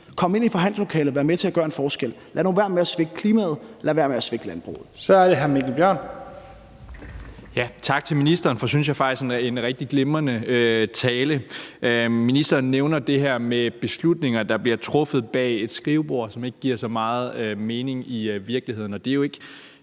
Kom ind i forhandlingslokalet, og vær med til at gøre en forskel. Lad nu være med at svigte klimaet, lad være med at svigte landbruget. Kl. 19:37 Første næstformand (Leif Lahn Jensen): Så er det hr. Mikkel Bjørn. Kl. 19:37 Mikkel Bjørn (DF): Tak til ministeren for en, synes jeg faktisk, rigtig glimrende tale. Ministeren nævner det her med beslutninger, der bliver truffet bag et skrivebord, og som ikke giver så meget mening i virkeligheden. Det er jo ikke